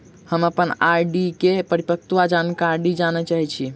हम अप्पन आर.डी केँ परिपक्वता जानकारी जानऽ चाहै छी